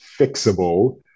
fixable